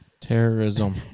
Terrorism